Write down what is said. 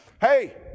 hey